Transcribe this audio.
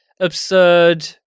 absurd